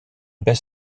best